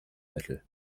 mittel